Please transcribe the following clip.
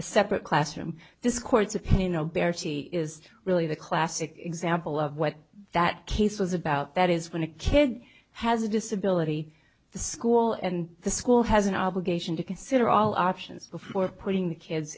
a separate classroom this court's opinion berti is really the classic example of what that case was about that is when a kid has a disability the school and the school has an obligation to consider all options before putting the kids